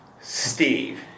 Steve